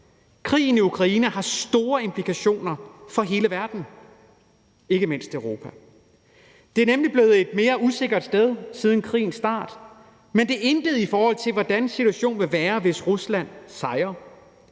krigen i Ukraine har store implikationer for hele verden, ikke mindst Europa. Det er nemlig blevet et mere usikkert sted siden krigens start, men det er intet, i forhold til hvordan situationen vil være, hvis Rusland sejrer.